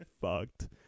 fucked